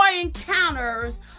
encounters